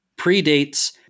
predates